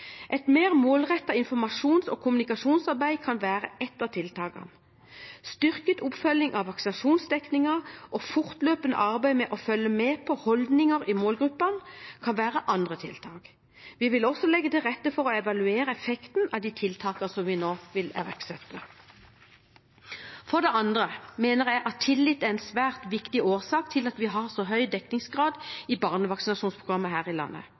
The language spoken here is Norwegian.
Et mer målrettet informasjons- og kommunikasjonsarbeid kan være ett av tiltakene. Styrket oppfølging av vaksinasjonsdekningen og fortløpende arbeid med å følge med på holdninger i målgruppene kan være andre tiltak. Vi vil også legge til rette for å evaluere effekten av de tiltakene som vi nå vil iverksette. For det andre mener jeg at tillit er en svært viktig årsak til at vi har en så høy dekningsgrad i barnevaksinasjonsprogrammet her i landet.